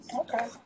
Okay